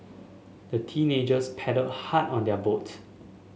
the teenagers paddled hard on their boat